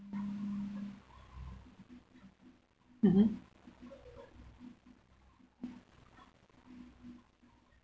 mmhmm